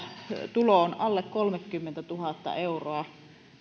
tulo on alle kolmekymmentätuhatta euroa